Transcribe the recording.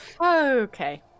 Okay